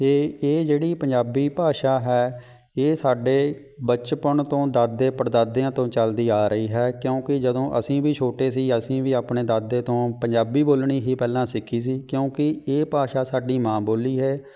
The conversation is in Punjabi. ਅਤੇ ਇਹ ਜਿਹੜੀ ਪੰਜਾਬੀ ਭਾਸ਼ਾ ਹੈ ਇਹ ਸਾਡੇ ਬਚਪਨ ਤੋਂ ਦਾਦੇ ਪੜਦਾਦਿਆਂ ਤੋਂ ਚਲਦੀ ਆ ਰਹੀ ਹੈ ਕਿਉਂਕਿ ਜਦੋਂ ਅਸੀਂ ਵੀ ਛੋਟੇ ਸੀ ਅਸੀਂ ਵੀ ਆਪਣੇ ਦਾਦੇ ਤੋਂ ਪੰਜਾਬੀ ਬੋਲਣੀ ਹੀ ਪਹਿਲਾਂ ਸਿੱਖੀ ਸੀ ਕਿਉਂਕਿ ਇਹ ਭਾਸ਼ਾ ਸਾਡੀ ਮਾਂ ਬੋਲੀ ਹੈ